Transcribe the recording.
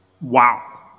wow